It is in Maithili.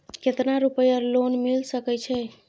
केतना रूपया लोन मिल सके छै?